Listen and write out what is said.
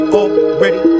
already